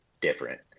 different